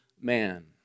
man